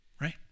Right